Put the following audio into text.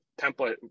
template